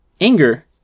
Anger